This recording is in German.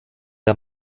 der